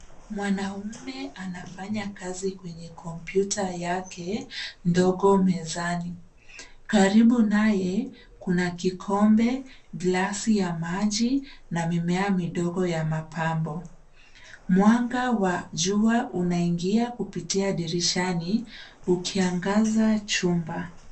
Mwanaume anafanya kazi kwenye kompyuta yake ndogo mezani. Karibu naye kuna kikombe, glasi ya maji, na mimea midogo ya mapambo. Mwanga wa jua unaingia kupitia dirishani, ukiangaza chumba.